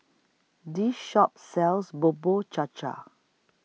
This Shop sells Bubur Cha Cha